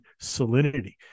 salinity